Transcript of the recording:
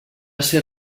ser